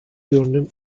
görünüm